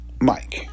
Mike